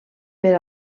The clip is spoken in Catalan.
per